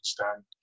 understand